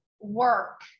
work